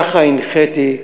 כך הנחיתי,